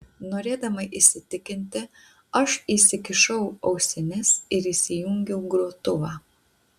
norėdama įsitikinti aš įsikišau ausines ir įsijungiau grotuvą